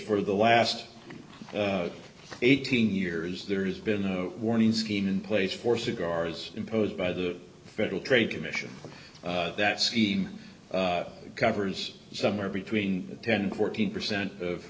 for the last eighteen years there has been a warning skiing in place for cigars imposed by the federal trade commission that seed covers somewhere between ten and fourteen percent of